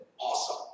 awesome